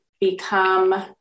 become